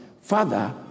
Father